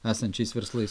esančiais verslais